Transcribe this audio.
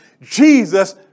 Jesus